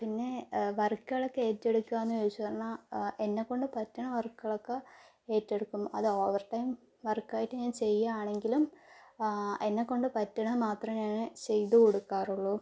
പിന്നെ വര്ക്കുകളൊക്കെ ഏറ്റെടുക്കുക എന്ന് ചോദിച്ചു പറഞ്ഞാൽ എന്നെ കൊണ്ട് പറ്റുന്ന വര്ക്കുകളൊക്ക ഏറ്റെടുക്കും അത് ഓവർ ടൈം വര്ക്കായിട്ടു ഞാന് ചെയ്യാണെങ്കിലും എന്നെകൊണ്ട് പറ്റണ മാത്രമേ ഞാന് ചെയ്തു കൊടുക്കാറുള്ളൂ